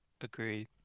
Agreed